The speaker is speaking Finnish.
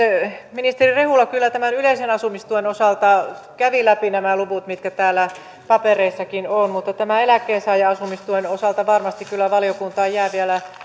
ministeri rehula kyllä tämän yleisen asumistuen osalta kävi läpi nämä luvut mitkä täällä papereissakin ovat mutta tämän eläkkeensaajan asumistuen osalta varmasti kyllä valiokuntaan jää vielä